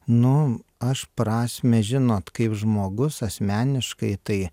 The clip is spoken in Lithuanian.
nu aš prasmę žinot kaip žmogus asmeniškai tai